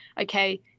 okay